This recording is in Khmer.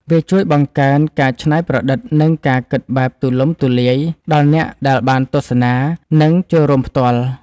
វាជួយបង្កើនការច្នៃប្រឌិត និងការគិតបែបទូលំទូលាយដល់អ្នកដែលបានទស្សនា និងចូលរួមផ្ទាល់។